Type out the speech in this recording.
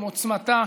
עם עוצמתה,